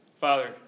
Father